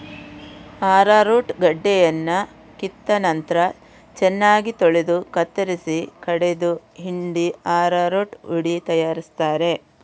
arrowroot ಗಡ್ಡೆಯನ್ನ ಕಿತ್ತ ನಂತ್ರ ಚೆನ್ನಾಗಿ ತೊಳೆದು ಕತ್ತರಿಸಿ ಕಡೆದು ಹಿಂಡಿ ಅರರೂಟ್ ಹುಡಿ ತಯಾರಿಸ್ತಾರೆ